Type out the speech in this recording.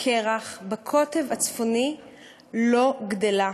הקרח בקוטב הצפוני לא גדלה.